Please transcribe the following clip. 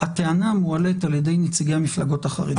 הטענה מועלית על ידי נציגי המפלגות החרדיות.